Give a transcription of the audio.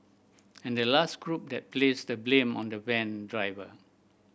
and the last group that placed the blame on the van driver